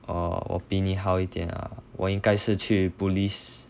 orh 我比你好一点 ah 我应该是去 police